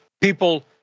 People